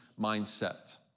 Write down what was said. mindset